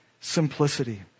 simplicity